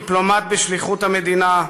דיפלומט בשליחות המדינה,